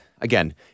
again